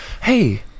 hey